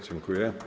Dziękuję.